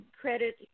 credit